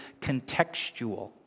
contextual